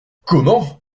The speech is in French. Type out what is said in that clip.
comment